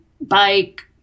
bike